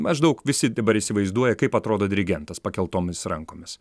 maždaug visi dabar įsivaizduoja kaip atrodo dirigentas pakeltomis rankomis